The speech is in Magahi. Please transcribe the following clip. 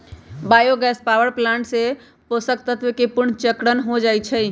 बायो गैस पावर प्लांट से पोषक तत्वके पुनर्चक्रण हो जाइ छइ